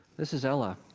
this is ella.